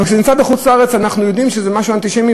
אבל כשזה קורה בחוץ-לארץ אנחנו יודעים שזה משהו אנטישמי,